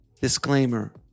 Disclaimer